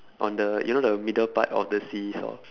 on the you know the middle part of the seesaw